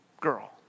girl